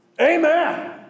Amen